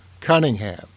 Cunningham